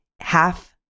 half